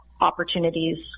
opportunities